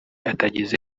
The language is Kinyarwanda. atagize